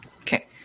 Okay